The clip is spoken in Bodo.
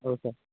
औ सार